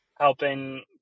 Helping